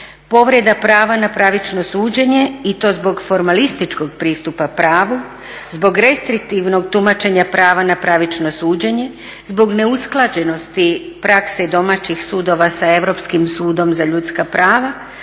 povreda prava na pravično suđenje i to zbog formalističkog pristupa pravu, zbog restriktivnog tumačenja prava na pravično suđenje, zbog neusklađenosti prakse i domaćih sudova sa Europskim sudom za ljudska prava